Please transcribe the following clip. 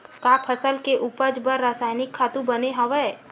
का फसल के उपज बर रासायनिक खातु बने हवय?